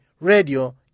radio